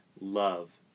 love